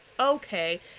Okay